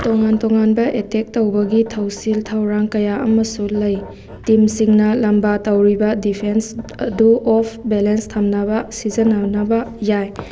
ꯇꯣꯉꯥꯟ ꯇꯣꯉꯥꯟꯕ ꯑꯦꯇꯦꯛ ꯇꯧꯕꯒꯤ ꯊꯧꯁꯤꯜ ꯊꯧꯔꯥꯡ ꯀꯌꯥ ꯑꯃꯁꯨ ꯂꯩ ꯇꯤꯝꯁꯤꯡꯅ ꯂꯝꯕꯥ ꯇꯧꯔꯤꯕ ꯗꯤꯐꯦꯟꯁ ꯑꯗꯨ ꯑꯣꯐ ꯕꯦꯂꯦꯟꯁ ꯊꯝꯅꯕ ꯁꯤꯖꯤꯟꯅꯕ ꯌꯥꯏ